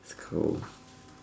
it's cold